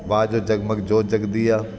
वाह जो जगमग जोत जॻंदी आहे